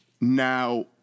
Now